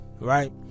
Right